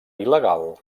il·legal